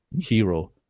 hero